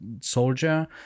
soldier